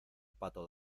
pato